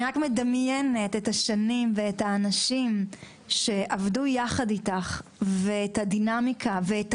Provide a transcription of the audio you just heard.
אני רק מדמיינת את השנים ואת האנשים שעבדו יחד איתך ואת הדינמיקה ואת